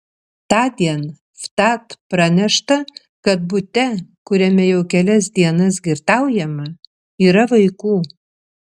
tądien vtat pranešta kad bute kuriame jau kelias dienas girtaujama yra vaikų